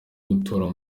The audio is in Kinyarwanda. gutora